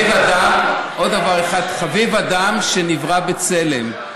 עוד דבר אחד: "חביב אדם שנברא בצלם".